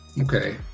okay